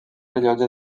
rellotge